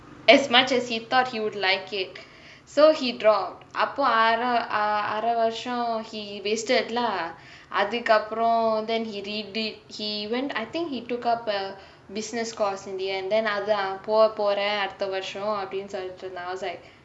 as much as he thought he would like it so he dropped அப்போ அரே அரே வர்ஷோ:appo arae arae varsho he wasted lah அதுக்கு அப்ரோ:athuku apro then he redid he went I think he took up a business course in the end then அதே நா போ போரே அடுத்த வர்ஷோ அப்டினு சொல்லிட்டு இருந்தா:athae naa poo porae adutha varsho apdinu sollitu irunthaa I was like